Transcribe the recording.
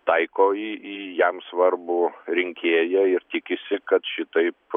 taiko į į jam svarbų rinkėją ir tikisi kad šitaip